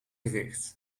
gericht